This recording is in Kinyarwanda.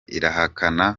irahakana